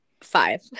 Five